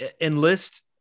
enlist